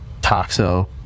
toxo